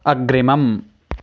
अग्रिमम्